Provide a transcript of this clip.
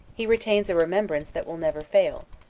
he retains a remembrance that will never fail,